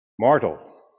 mortal